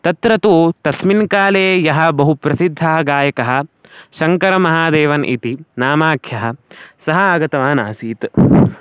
तत्र तु तस्मिन् काले यः बहु प्रसिद्धः गायकः शङ्करमहादेवन् इति नामाख्यः सः आगतवान् आसीत्